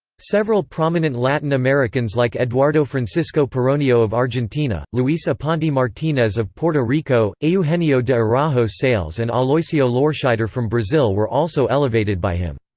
several prominent latin americans like eduardo francisco pironio of argentina luis aponte martinez of puerto rico, ah eugenio de araujo sales and aloisio lorscheider from brazil were also elevated by him.